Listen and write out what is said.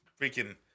freaking